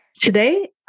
Today